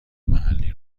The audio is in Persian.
محلی